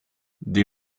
die